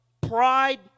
Pride